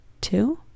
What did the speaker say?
two